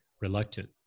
reluctant